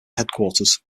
headquarters